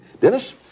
dennis